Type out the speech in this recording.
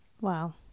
Wow